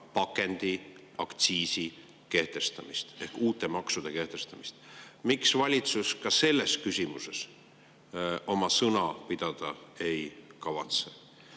pakendiaktsiisi kehtestamist, ehk uute maksude kehtestamist. Miks valitsus selles küsimuses oma sõna pidada ei kavatse?